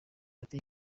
ati